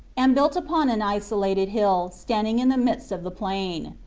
and built upon an isolated hill stand ing in the midst of the plain.